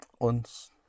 uns